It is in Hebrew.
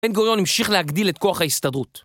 בן גוריון המשיך להגדיל את כוח ההסתדרות.